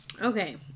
Okay